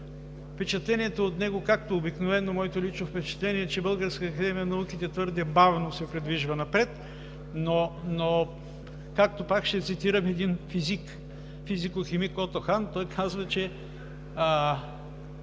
Впечатлението от него, както обикновено, моето лично впечатление е, че Българската академия на науките твърде бавно се придвижва напред, но, както – пак ще цитирам един физик, физико-химик от Ухан, той казва, че